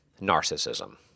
narcissism